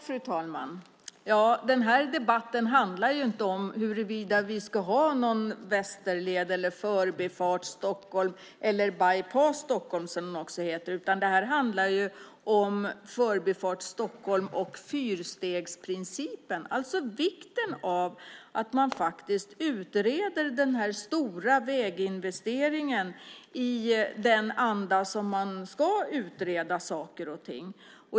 Fru talman! Den här debatten handlar inte om huruvida vi ska ha någon västerled, Förbifart Stockholm eller bypass-Stockholm, som den också heter. Den handlar om Förbifart Stockholm och fyrstegsprincipen. Det handlar om vikten av att man utreder den stora väginvesteringen i den anda som man ska utreda saker och ting.